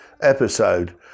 episode